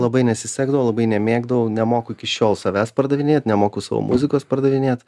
labai nesisekdavo labai nemėgdavau nemoku iki šiol savęs pardavinėt nemoku savo muzikos pardavinėt